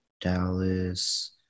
Dallas